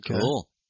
Cool